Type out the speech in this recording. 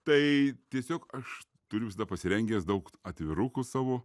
tai tiesiog aš turiu pasirengęs daug atvirukų savo